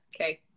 okay